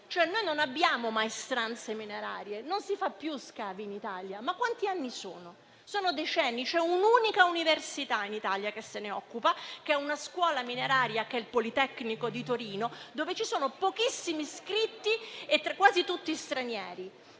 Noi non abbiamo maestranze minerarie, non si fanno più scavi in Italia. Quanti anni sono? Sono decenni. C'è un'unica università in Italia che se ne occupa, che è il Politecnico di Torino e ha una scuola mineraria, dove ci sono pochissimi iscritti, quasi tutti stranieri.